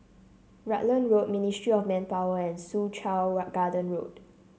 Rutland Road Ministry of Manpower and Soo Chow Garden Road